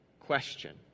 question